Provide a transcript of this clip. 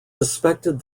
suspected